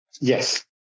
Yes